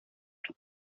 του